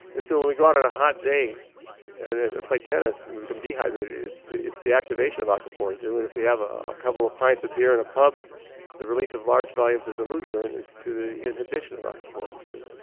and so when we go out on a hot day and play tennis and we we can dehydrate, it's the it's the activation of aquaporin, and if we have a couple of pints of beer in a pub the release of large volumes of dilute urine is due to the inhibition of aquaporin two.